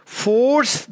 force